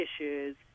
issues